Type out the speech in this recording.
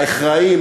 האחראיים,